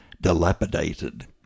dilapidated